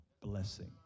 blessing